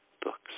books